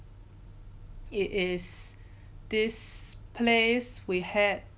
it is this place we had